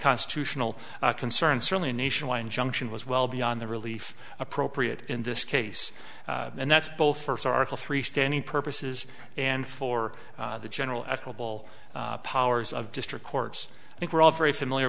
constitutional concern certainly a nationwide injunction was well beyond the relief appropriate in this case and that's both first article three standing purposes and for the general equable powers of district courts i think we're all very familiar